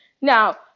Now